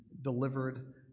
delivered